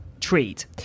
treat